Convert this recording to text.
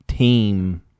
Team